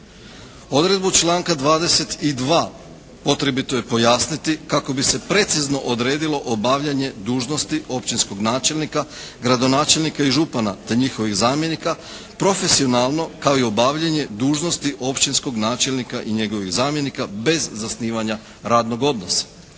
Odredbu članka 22. potrebito je pojasniti kako bi se precizno odredilo obavljanje dužnosti općinskog načelnika, gradonačelnika i župana, te njihovih zamjenika profesionalno kao i obavljanje dužnosti općinskog načelnika i njegovih zamjenika bez zasnivanja radnog odnosa.